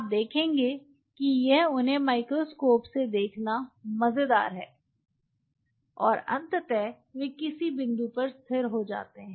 आप देखेंगे कि यह उन्हें माइक्रोस्कोप से देखना मज़ेदार है और अंततः वे किसी बिंदु पर स्थिर हो जाते हैं